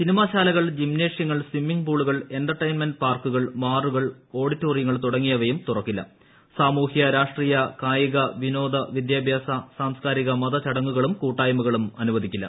cinema ശാലകൾ ജിംനേഷ്യങ്ങൾ swimming പൂളുകൾ എൻ്റർടെയ്ൻമെന്റ് പാർക്കുകൾ ബാറുകൾ ഓഡിറ്റോറിയങ്ങൾ തുടങ്ങിയവയും തുറക്കില്ലും സാമൂഹ്യ രാഷ്ട്രീയ കായിക വിനോദ വിദ്യാഭ്യാസ സാംസ്ക്കാരിക മത ചടങ്ങുകളും കൂട്ടായ്മകളും അനുവദിക്കില്ല